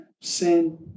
sin